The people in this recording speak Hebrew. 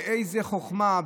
באיזו חוכמה,